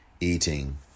eating